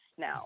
now